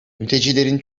mültecilerin